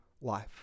life